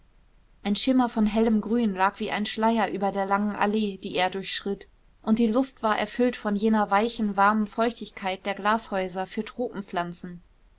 ein schimmer von hellem grün lag wie ein schleier über der langen allee die er durchschritt und die luft war erfüllt von jener weichen warmen feuchtigkeit der glashäuser für